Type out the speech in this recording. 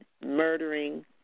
murdering